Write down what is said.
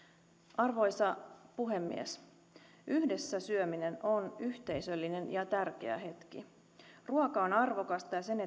arvoisa puhemies yhdessä syöminen on yhteisöllinen ja tärkeä hetki ruoka on arvokasta ja sen